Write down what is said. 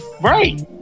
Right